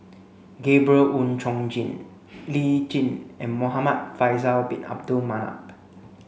Gabriel Oon Chong Jin Lee Tjin and Muhamad Faisal bin Abdul Manap